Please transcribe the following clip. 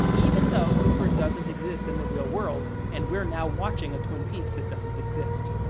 even though cooper doesn't exist in the real world and we're now watching a twin peaks that doesn't exist.